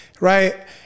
Right